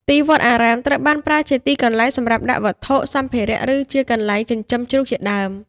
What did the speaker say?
ទីវត្តអារាម ត្រូវបានប្រើជាទីកន្លែងសម្រាប់ដាក់អាវុធ សម្ភារៈ ឬជាទីកន្លែង ចិញ្ចឹមជ្រូក ជាដើម ។